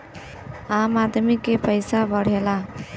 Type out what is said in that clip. आम आदमी के पइसा बढ़ेला